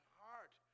heart